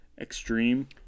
Extreme